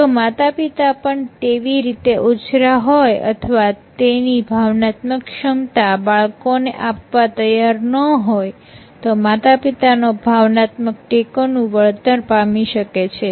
જો માતા પિતા પણ તેવી રીતે ઉછર્યા હોય અથવા તેની ભાવનાત્મક ક્ષમતા બાળકોને આપવા તૈયાર ન હોય તો માતાપિતાનો ભાવનાત્મક ટેકોનું વળતર પામી શકે છે